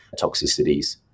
toxicities